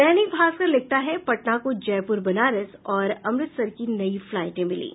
दैनिक भास्कर लिखता है पटना को जयपुर बनारस और अमृतसर की नई फ्लाइटें मिलीं